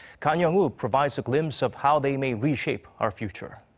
kan hyeong-woo provides a glimpse of how they may reshape our future.